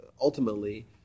ultimately